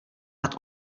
nad